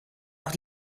auch